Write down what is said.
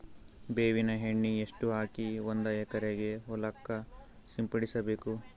ಬೇವಿನ ಎಣ್ಣೆ ಎಷ್ಟು ಹಾಕಿ ಒಂದ ಎಕರೆಗೆ ಹೊಳಕ್ಕ ಸಿಂಪಡಸಬೇಕು?